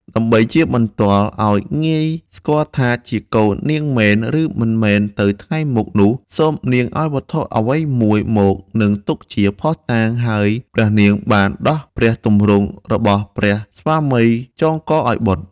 ដើម្បីជាបន្ទាល់ឲ្យងាយស្គាល់ថាជាកូននាងមែន ឬមិនមែនទៅថ្ងៃមុខនោះ សូមនាងឲ្យវត្ថុអ្វីមួយមក នឹងទុកជាភស្តុតាង ហើយព្រះនាងបានដោះព្រះទម្រង់របស់ព្រះស្វាមីចងកឱ្យបុត្រ។